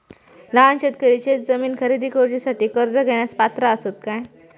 लहान शेतकरी शेतजमीन खरेदी करुच्यासाठी कर्ज घेण्यास पात्र असात काय?